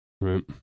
Right